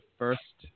first